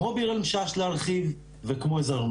כמו להרחיב את ביר אל-משאש, וכמו להרחיב את זרנוג.